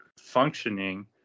functioning